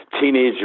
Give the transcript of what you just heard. teenage